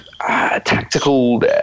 tactical